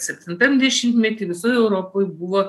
septintam dešimtmety visoj europoj buvo